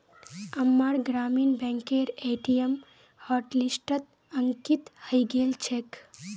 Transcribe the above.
अम्मार ग्रामीण बैंकेर ए.टी.एम हॉटलिस्टत अंकित हइ गेल छेक